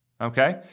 okay